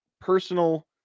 personal